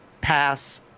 pass